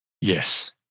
Yes